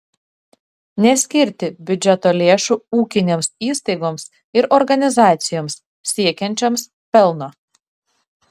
neskirti biudžeto lėšų ūkinėms įstaigoms ir organizacijoms siekiančioms pelno